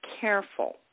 careful